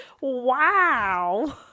Wow